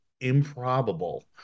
improbable